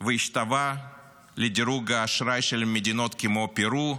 והשתווה לדירוג האשראי של מדינות כמו פרו,